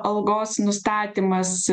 algos nustatymas